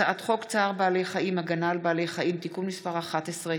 הצעת חוק צער בעלי חיים (הגנה על בעלי חיים) (תיקון מס' 11,